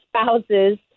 spouses